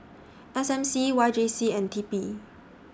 S M C Y J C and T P